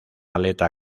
aleta